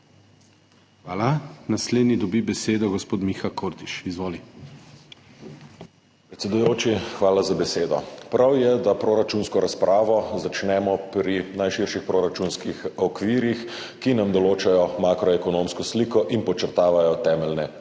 Hvala. Naslednji dobi besedo gospod Miha Kordiš. Izvoli. **MIHA KORDIŠ (PS Levica):** Predsedujoči, hvala za besedo. Prav je, da proračunsko razpravo začnemo pri najširših proračunskih okvirih, ki nam določajo makroekonomsko sliko in podčrtavajo temeljne usmeritve